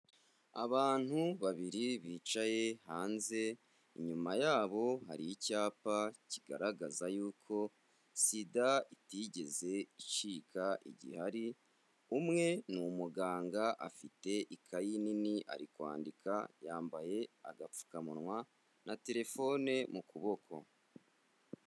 Abantu babiri bicaye hanze inyuma yabo hari icyapa kigaragaza y'uko sida itigeze icika igihari, umwe ni umuganga afite ikayi nini ari kwandika yambaye agapfukamunwa na terefone mu kuboko.